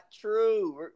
true